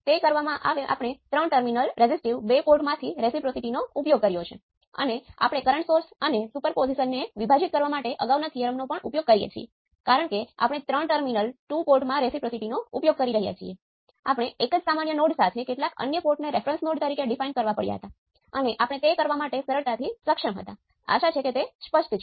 તેથી કોઈપણ સર્કિટ ની સંજ્ઞાઓ નક્કી કરવા માંગો છો તેના માટે કૃપા કરીને તમે આ પદ્ધતિનો ઉપયોગ કરો